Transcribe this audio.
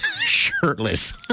shirtless